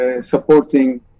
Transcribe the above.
supporting